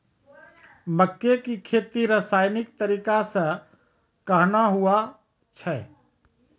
मक्के की खेती रसायनिक तरीका से कहना हुआ छ?